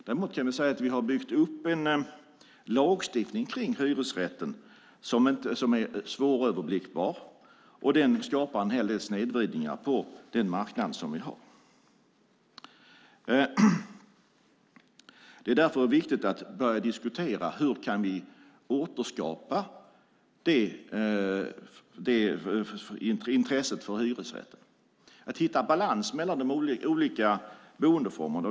Däremot kan man säga att vi har byggt upp en lagstiftning kring hyresrätten som är svåröverblickbar och skapar en hel del snedvridningar på den marknad som vi har. Det är därför viktigt att börja diskutera hur vi kan återskapa intresset för hyresrätten och hitta en balans mellan de olika boendeformerna.